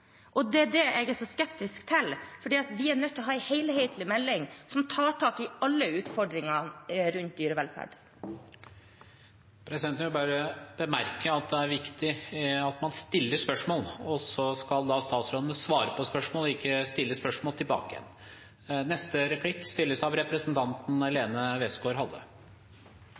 Det er det jeg er så skeptisk til, for vi er nødt til å ha en helhetlig melding som tar tak i alle utfordringene rundt dyrevelferd. Presidenten vil bare bemerke at det er viktig at man stiller spørsmål, og så skal da statsråden svare på spørsmålet og ikke stille spørsmål tilbake igjen.